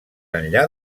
enllà